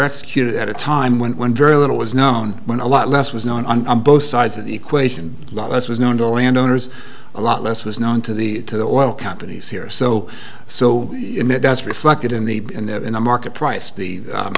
executed at a time when when very little was known when a lot less was not both sides of the equation less was known to all and owners a lot less was known to the to the oil companies here so so that's reflected in the market price the